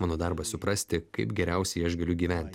mano darbas suprasti kaip geriausiai aš galiu gyventi